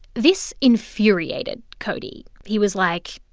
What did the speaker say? this infuriated cody. he was like,